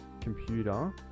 computer